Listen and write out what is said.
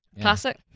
Classic